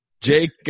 Jake